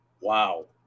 Wow